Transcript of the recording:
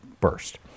burst